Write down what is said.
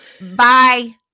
bye